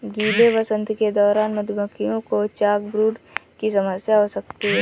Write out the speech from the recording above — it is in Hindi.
गीले वसंत के दौरान मधुमक्खियों को चॉकब्रूड की समस्या हो सकती है